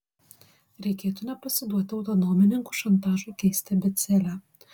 reikėtų nepasiduoti autonomininkų šantažui keisti abėcėlę